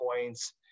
points